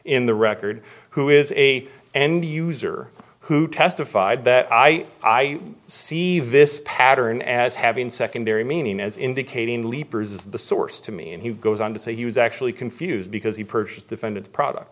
in the record who is a end user who testified that i see this pattern as having secondary meaning as indicating leaper is the source to me and he goes on to say he was actually confused because he purchased defended